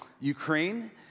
Ukraine